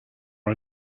are